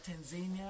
Tanzania